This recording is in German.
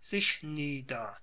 sich nieder